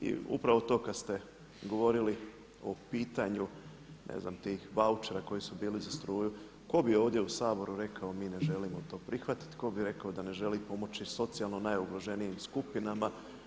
I upravo to kad ste govorili o pitanju ne znam tih vaučera koji su bili za struju tko bi ovdje u Saboru rekao mi ne želimo to prihvatiti, tko bi rekao da ne želi pomoći socijalno najugroženijim skupinama.